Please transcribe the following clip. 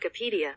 wikipedia